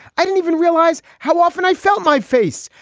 i didn't even realize how often i felt my face.